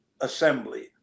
assembly